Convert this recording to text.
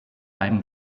einem